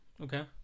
Okay